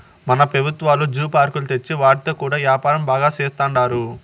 మన పెబుత్వాలు జూ పార్కులు తెచ్చి వాటితో కూడా యాపారం బాగా సేత్తండారు